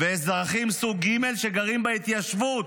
ואזרחים סוג ג', שגרים בהתיישבות,